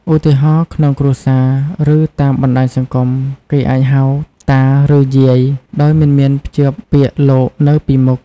ឧទាហរណ៍ ក្នុងគ្រួសារ ឬតាមបណ្តាញសង្គម គេអាចហៅ "តា" ឬ "យាយ" ដោយមិនភ្ជាប់ពាក្យ "លោក" នៅពីមុខ។